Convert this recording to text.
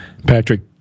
Patrick